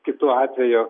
kitu atveju